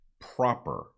proper